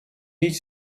niet